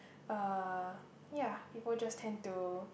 uh ya people just tend to